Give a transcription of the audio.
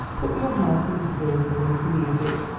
put your heart into work or into music,